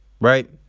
right